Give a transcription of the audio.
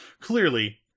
Clearly